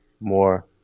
more